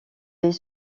est